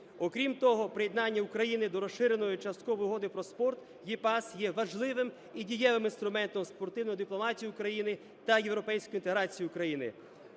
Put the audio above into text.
Окрім того, приєднання України до Розширеної часткової угоди про спорт (EPAS) є важливим і дієвим інструментом спортивної дипломатії України та європейської інтеграції України.